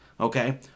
Okay